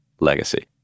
legacy